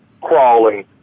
crawling